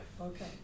Okay